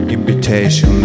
Invitation